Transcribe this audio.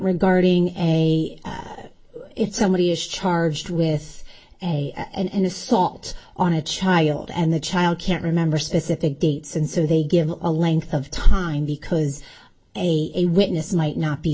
regarding a it's somebody is charged with a and assault on a child and the child can't remember specific dates and so they give a length of time because a witness might not be